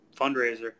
fundraiser